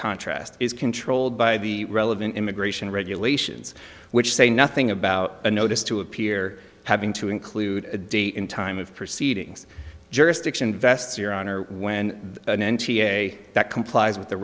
contrast is controlled by the relevant immigration regulations which say nothing about a notice to appear having to include a date in time of proceedings jurisdiction vests your honor when an n c a a that complies with the